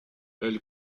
elle